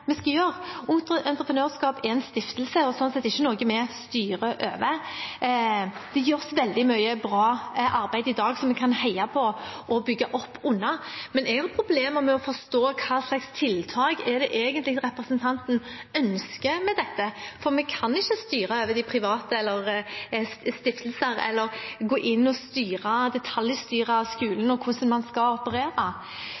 vi skal gjøre. Ungt Entreprenørskap er en privat, ideell organisasjon og sånn sett ikke noe vi styrer over. Det gjøres veldig mye bra arbeid i dag som vi kan heie på og bygge opp under, men jeg har problemer med å forstå hva slags tiltak det egentlig er representantene ønsker med dette. For vi kan ikke styre over de private, ideelle organisasjonene eller gå inn og detaljstyre